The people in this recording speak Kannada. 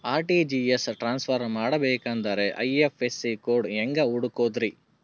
ಆರ್.ಟಿ.ಜಿ.ಎಸ್ ಟ್ರಾನ್ಸ್ಫರ್ ಮಾಡಬೇಕೆಂದರೆ ಐ.ಎಫ್.ಎಸ್.ಸಿ ಕೋಡ್ ಹೆಂಗ್ ಹುಡುಕೋದ್ರಿ?